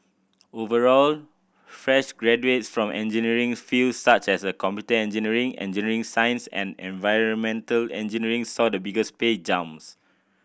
overall fresh graduates from engineering fields such as a computer engineering engineering science and environmental engineering saw the biggest pay jumps